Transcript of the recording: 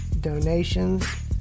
Donations